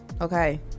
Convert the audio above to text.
Okay